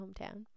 hometown